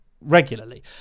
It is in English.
regularly